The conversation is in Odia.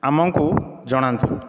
ଆମଙ୍କୁ ଜଣାନ୍ତୁ